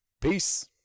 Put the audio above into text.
Peace